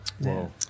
Whoa